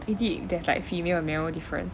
is it there's like female and male difference